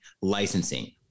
licensing